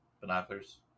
binoculars